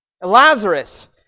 Lazarus